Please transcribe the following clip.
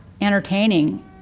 entertaining